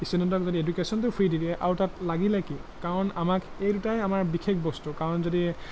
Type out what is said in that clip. ষ্টুডেণ্টক যদি এডুকেশ্যনটো ফ্ৰী দি দিয়ে আৰু তাত লাগিলে কি কাৰণ আমাক এই দুটাই আমাৰ বিশেষ বস্তু কাৰণ যদি